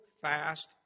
fast